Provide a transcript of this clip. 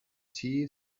tea